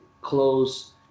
close